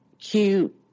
cute